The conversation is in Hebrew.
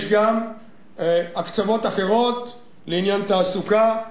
יש גם הקצבות אחרות לעניין תעסוקה.